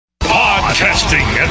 Podcasting